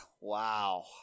Wow